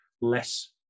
less